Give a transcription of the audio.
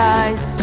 eyes